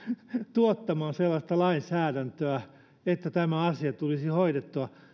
tuottamaan sellaista lainsäädäntöä että tämä asia tulisi hoidettua